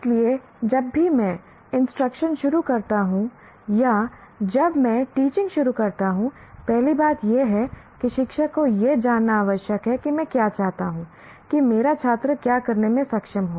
इसलिए जब भी मैं इंस्ट्रक्शन शुरू करता हूं या जब मैं टीचिंग शुरू करता हूं पहली बात यह है कि शिक्षक को यह जानना आवश्यक है कि मैं क्या चाहता हूं कि मेरा छात्र क्या करने में सक्षम हो